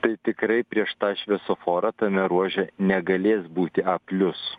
tai tikrai prieš tą šviesoforą tame ruože negalės būti aplius